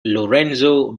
lorenzo